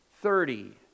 Thirty